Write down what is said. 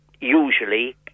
usually